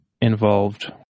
involved